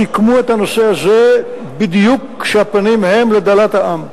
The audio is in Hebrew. סיכמו את הנושא הזה בדיוק כשהפנים הם לדלת העם.